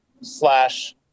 slash